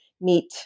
meet